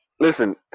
listen